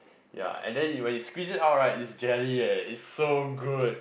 ya and then when you squeeze it out right is jelly eh is so good